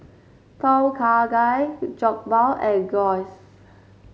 Tom Kha Gai Jokbal and Gyros